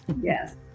Yes